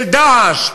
של "דאעש",